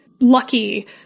lucky